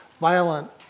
violent